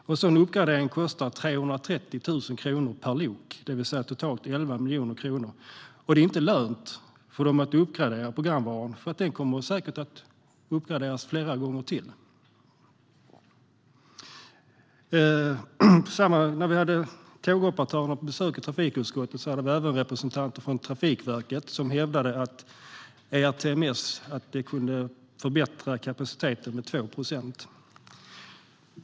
En sådan uppgradering kostar 330 000 kronor per lok, det vill säga totalt 11 miljoner kronor. Det är inte lönt för dem att uppgradera programvaran, för den kommer säkert att behöva uppgraderas flera gånger till. När vi hade tågoperatörerna på besök i trafikutskottet hade vi även representanter från Trafikverket som hävdade att ERTMS kunde förbättra kapaciteten med 2 procent.